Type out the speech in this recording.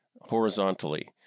horizontally